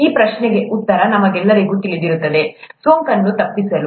ಈ ಪ್ರಶ್ನೆಗೆ ಉತ್ತರ ನಮಗೆಲ್ಲರಿಗೂ ತಿಳಿದಿರುತ್ತದೆ ಸೋಂಕನ್ನು ತಪ್ಪಿಸಲು